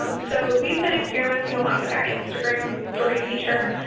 um so we've been experimenting a lot with our instagram story feature,